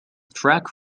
track